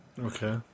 Okay